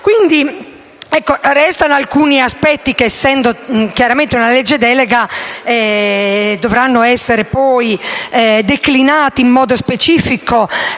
Restano alcuni aspetti che, trattandosi chiaramente di una legge delega, dovranno essere poi declinati in modo specifico